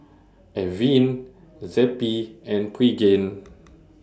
Avene Zappy and Pregain